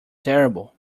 terrible